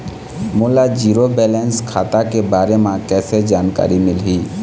मोला zero balance खाता के बारे म कैसे जानकारी मिलही?